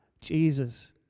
Jesus